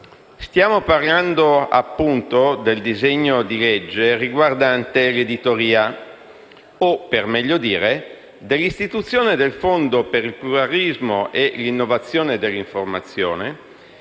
Stiamo parlando del disegno di legge riguardante l'editoria o, per meglio dire, l'istituzione del Fondo per il pluralismo e l'innovazione dell'informazione,